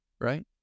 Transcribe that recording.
Right